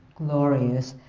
glorious,